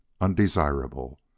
undesirable